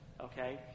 okay